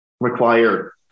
require